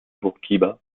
bourguiba